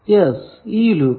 yes ഈ loop